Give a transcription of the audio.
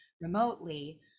remotely